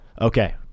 Okay